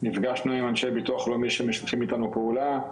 נפגשנו עם אנשי ביטוח לאומי שמשתפים איתנו פעולה,